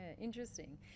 interesting